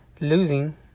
losing